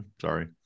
Sorry